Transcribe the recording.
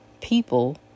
people